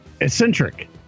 eccentric